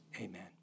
Amen